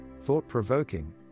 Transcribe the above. thought-provoking